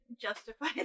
justify